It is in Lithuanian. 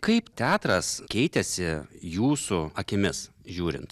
kaip teatras keitėsi jūsų akimis žiūrint